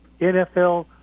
NFL